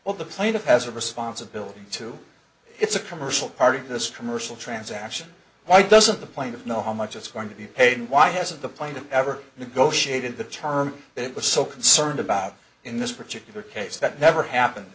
or the plaintiff has a responsibility to it's a commercial part of this commercial transaction why doesn't the plaintiff know how much it's going to be paid and why hasn't the plaintiff ever negotiated the term it was so concerned about in this particular case that never happened